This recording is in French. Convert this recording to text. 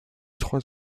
trois